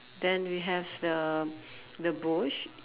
then we have the the bush